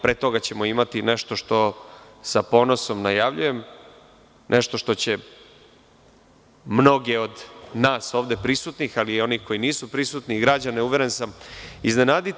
Pre toga ćemo imati nešto što sa ponosom najavljujem, nešto što će mnoge od nas ovde prisutnih, ali i onih koji nisu prisutni, i građane, uveren sam, iznenaditi.